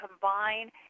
combine